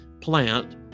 plant